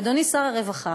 אדוני שר הרווחה,